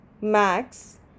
Max